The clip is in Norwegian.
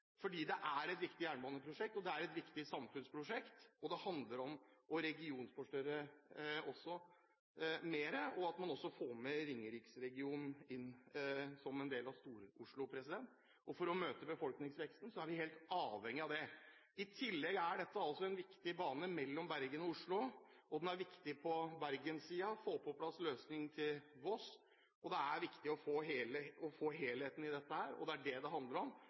fordi det er et viktig jernbaneprosjekt og et viktig samfunnsprosjekt. Det handler også om å regionforstørre mer, og at man også får med Ringeriksregionen inn som en del av Stor-Oslo – og for å møte befolkningsveksten er vi helt avhengige av det. I tillegg er dette altså en viktig bane mellom Bergen og Oslo. For Bergens del er det viktig å få på plass en løsning til Voss, og det er viktig å få helheten i dette. Det er det det handler om.